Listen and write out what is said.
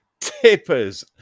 Tippers